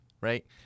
right